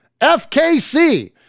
FKC